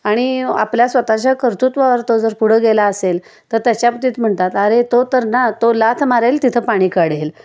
आणि आपल्या स्वतःच्या कर्तुत्वावर तो जर पुढं गेला असेल तर त्याच्याबतीत म्हणतात अरे तो तर ना तो लाथ मारेल तिथं पाणी काढेल